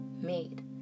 made